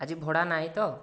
ଆଜି ଭଡ଼ା ନାହିଁ ତ